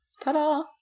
Ta-da